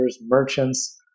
merchants